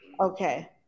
Okay